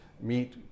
meet